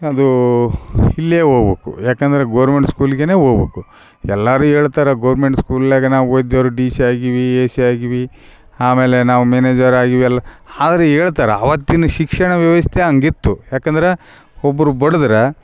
ಅದೂ ಇಲ್ಲೆ ಹೋಬೇಕು ಯಾಕಂದರೆ ಗೊರ್ಮೆಂಟ್ ಸ್ಕೂಲಿಗೇ ಹೋಬೇಕು ಎಲ್ಲರು ಹೇಳ್ತರೆ ಗೊರ್ಮೆಂಟ್ ಸ್ಕೂಲ್ನಾಗ ಓದಿದವ್ರು ಡಿ ಸಿ ಆಗಿವಿ ಎ ಸಿ ಆಗಿವಿ ಆಮೇಲೆ ನಾವು ಮೇನೇಜರ್ ಆಗಿವಿ ಎಲ್ಲ ಹಾಗೆಲ್ಲ ಹೇಳ್ತರ ಆವತ್ತಿನ ಶಿಕ್ಷಣ ವ್ಯವಸ್ಥೆ ಹಂಗ್ ಇತ್ತು ಯಾಕಂದ್ರೆ ಒಬ್ಬರು ಬಡದ್ರೆ